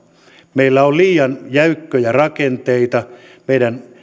meillä on liian jäykkiä rakenteita meidän